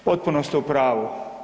Potpunost ste u pravu.